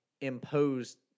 imposed